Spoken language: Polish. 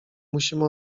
musimy